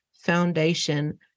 foundation